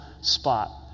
spot